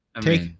Take